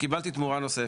וקיבלתי תמורה נוספת,